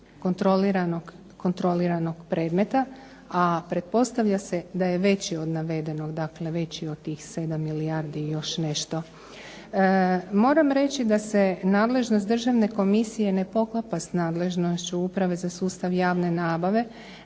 kontroliranog predmeta, a pretpostavlja se da je veći od navedenog, dakle veći od tih sedam milijardi i još nešto. Moram reći da se nadležnost Državne komisije ne poklapa sa nadležnošću Uprave za sustav javne nabave.